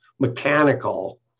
mechanical